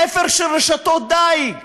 תפר של רשתות דיג,